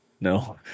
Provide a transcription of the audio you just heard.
No